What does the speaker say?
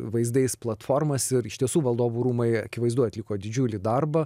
vaizdais platformas ir iš tiesų valdovų rūmai akivaizdu atliko didžiulį darbą